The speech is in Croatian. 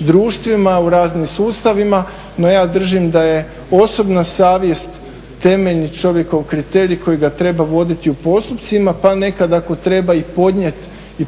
društvima, u raznim sustavima, no ja držim da je osobna savjest temeljni čovjekov kriterij koji ga treba voditi u postupcima pa nekad ako treba i